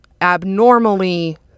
abnormally